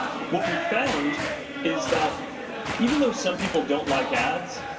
what we found is that even though some people don't like ads,